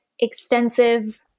extensive